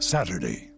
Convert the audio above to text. Saturday